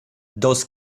those